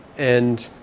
and